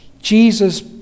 Jesus